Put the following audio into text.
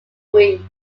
week